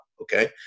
okay